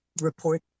report